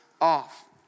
off